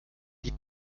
die